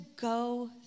go